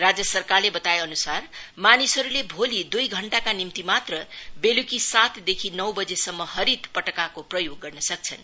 राज्य सरकारले बताए अनुसार मानिसहरुले भोलि दुई घण्टाका निम्ति मात्र बेलुकी सातदेखि नौ बजेसम्म हरित पटकाको प्रयोग गर्न सक्छन्